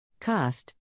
Cost